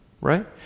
Right